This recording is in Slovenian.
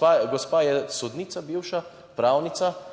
pa gospa je sodnica, bivša pravnica,